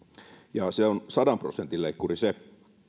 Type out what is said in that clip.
ja se on sadan prosentin leikkuri se